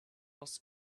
was